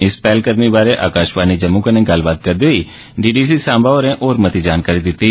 इस पैह्लकदमी बारै आकाशवाणी जम्मू कन्नै गल्लबात करदे होई डी डी सी सांबा होरें होर मती जानकारी दित्ती